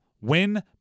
win